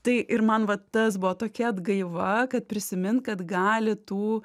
tai ir man vat tas buvo tokia atgaiva kad prisimint kad gali tų